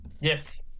Yes